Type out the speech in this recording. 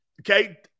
Okay